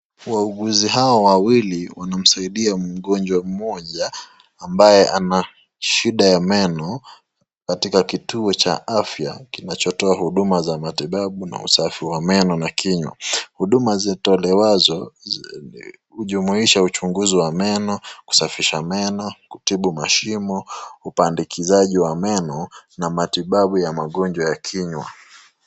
Wauguzi hawa wawili wanamsaidia mgonjwa mmoja ambaye anashida ya meno katika kituo cha afya kinachotoa huduma za matibabu na usafi wa meno na kinywa. Huduma zitolewazwo hujumuisha uchunguzi wa meno, kusafisha meno, kutibu mashimo, ubandikizaji wa meno na matibabu ya magonjwa ya kinywa.